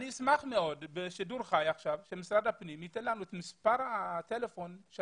אני אשמח שהוא ייתן לנו את מספר הטלפון שהוא